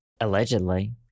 Allegedly